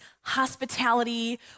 hospitality